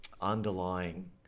underlying